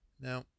Now